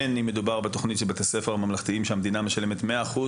הן כשמדובר בתוכנית של בתי ספר ממלכתיים שהמדינה משלמת 100%,